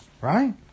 right